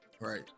Right